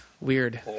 weird